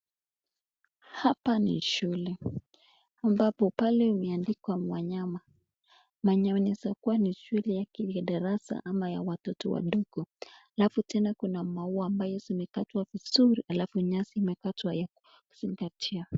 Hapa ni shule ambapo pale umeandikwa wanyama. Wenye unaweza kuwa ni shule ya chekechea ama ya watoto wadogo. Alafu tena kuna maua ambayo yamekatwa vizuri alafu nyasi imekatwa ya kuzingatia.